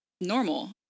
normal